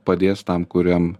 padės tam kuriam